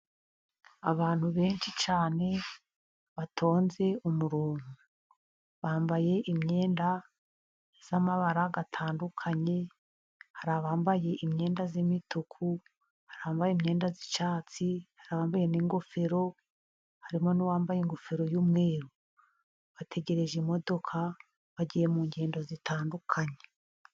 Abantu benshi cyane, batonze umurongo. Bambaye imyenda y'amabara atandukanye. Hari abambaye imyenda y'imituku, abambaye imyenda, y'icyatsi hari abambaye n'ingofero, harimo n'uwambaye ingofero y'umweru. Bategereje imodoka, bagiye mu ngendo zitandukanye.